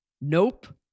nope